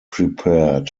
prepared